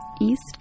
east